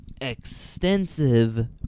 extensive